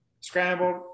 scrambled